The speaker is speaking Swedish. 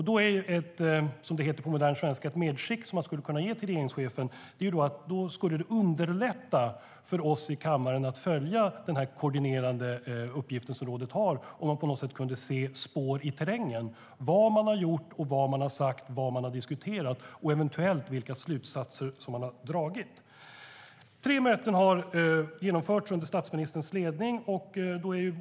Då är ett medskick, som det heter på modern svenska, till regeringschefen att det skulle underlätta för oss i kammaren att följa den koordinerande uppgiften som rådet har om man på något sätt kunde se spår i terrängen av vad rådet har gjort, vad man har sagt, vad man har diskuterat och eventuellt vilka slutsatser som man har dragit. Tre möten har genomförts under statsministerns ledning.